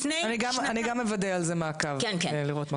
אני גם מוודא על זה מעקב, לראות מה קורה.